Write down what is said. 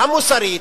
המוסרית,